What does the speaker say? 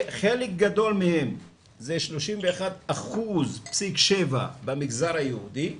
חלק גדול מהם, 31.7% במגזר היהודי.